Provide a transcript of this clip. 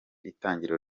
itangiriro